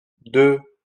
deux